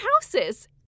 houses